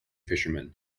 fisherman